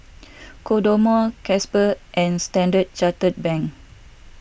Kodomo Gatsby and Standard Chartered Bank